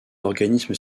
organisme